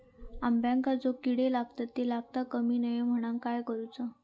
अंब्यांका जो किडे लागतत ते लागता कमा नये म्हनाण काय करूचा?